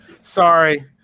Sorry